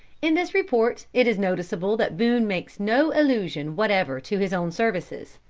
in this report, it is noticeable that boone makes no allusion whatever to his own services.